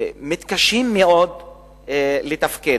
מתקשות מאוד לתפקד.